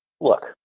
Look